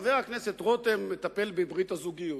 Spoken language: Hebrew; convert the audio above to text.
חבר הכנסת רותם מטפל בברית הזוגיות,